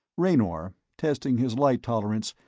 raynor, testing his light tolerance,